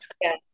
Yes